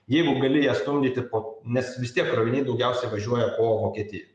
jeigu gali ją stumdyti po nes vis tiek kroviniai daugiausiai važiuoja po vokietiją